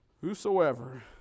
Whosoever